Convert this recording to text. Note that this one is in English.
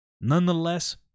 Nonetheless